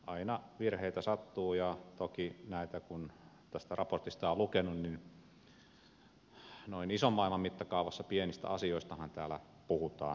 aina virheitä sattuu ja toki kun näitä tästä raportista on lukenut niin noin ison maailman mittakaavassa pienistä asioistahan täällä puhutaan onneksi